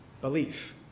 belief